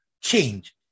change